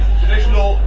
traditional